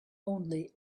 only